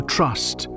Trust